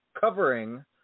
covering